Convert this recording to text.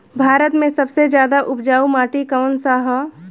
भारत मे सबसे ज्यादा उपजाऊ माटी कउन सा ह?